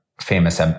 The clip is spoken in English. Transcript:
famous